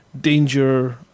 danger